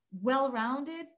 well-rounded